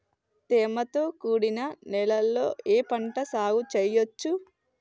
తేమతో కూడిన నేలలో ఏ పంట సాగు చేయచ్చు?